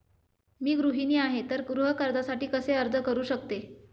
मी गृहिणी आहे तर गृह कर्जासाठी कसे अर्ज करू शकते?